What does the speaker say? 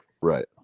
right